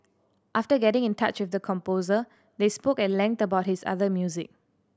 after getting in touch with the composer they spoke at length about his other music